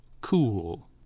cool